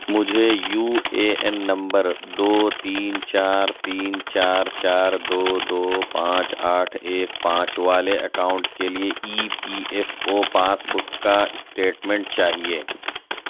مجھے U A N نمبر دو تین چار تین چار چار دو دو پانچ آٹھ ایک پانچ والے اکاؤنٹ کے لیے E P F O passbook کا اسٹیٹمنٹ چاہیے